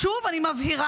שוב, אני מבהירה: